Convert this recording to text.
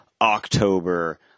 October